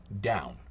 down